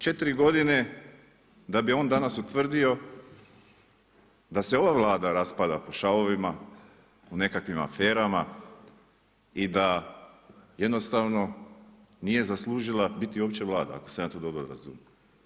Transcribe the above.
4 godine da bi on danas utvrdio da se ova Vlada raspada po šavovima u nekakvim aferama i da jednostavno nije zaslužila uopće biti Vlada ako sam ja to dobro razumio.